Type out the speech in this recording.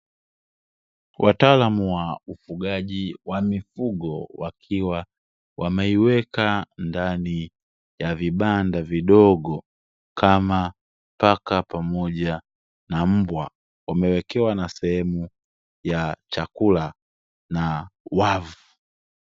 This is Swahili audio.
Wataalamu wa ufugaji wa mifugo wakiwa wameiweka ndani ya vibanda vidogo kama Paka pamoja na Mbwa wamewekewa na sehemu ya chakula na wavu.